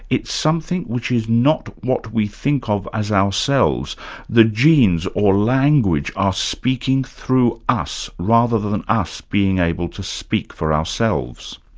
it's something which is not what we think of as ourselves the genes or language are speaking through us rather than us being able to speak for ourselves.